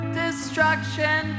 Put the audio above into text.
destruction